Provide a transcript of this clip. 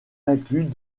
inclus